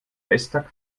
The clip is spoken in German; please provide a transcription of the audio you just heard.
bester